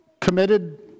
committed